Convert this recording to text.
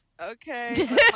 Okay